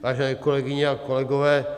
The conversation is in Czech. Vážené kolegyně a kolegové.